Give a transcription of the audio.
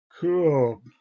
Cool